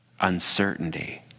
uncertainty